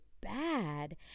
bad